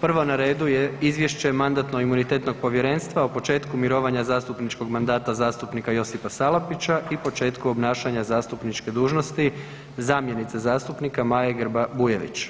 Prvo na redu je Izvješće Mandatno-imunitetno povjerenstvo o početku mirovanja zastupničkog mandata zastupnika Josipa Salapića i početku obnašanja zastupniče dužnosti zamjenice zastupnika Maje Grba Bujević,